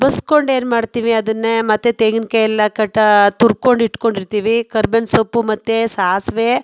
ಬಸ್ಕೊಂಡು ಏನು ಮಾಡ್ತೀವಿ ಅದನ್ನೇ ಮತ್ತು ತೆಂಗಿನಕಾಯಿಯೆಲ್ಲ ಕಟಾ ತುರ್ಕೊಂಡು ಇಟ್ಕೊಂಡಿರ್ತೀವಿ ಕರ್ಬೇವಿನ ಸೊಪ್ಪು ಮತ್ತು ಸಾಸಿವೆ